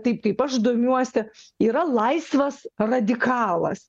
taip kaip aš domiuosi yra laisvas radikalas